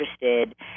interested